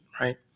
right